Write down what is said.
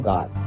God